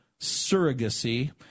surrogacy